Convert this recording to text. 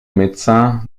médecin